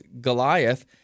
Goliath